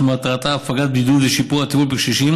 שמטרתה הפגת בדידות ושיפור הטיפול בקשישים